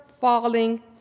falling